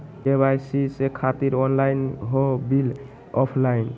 KYC से खातिर online हो बिल ऑफलाइन?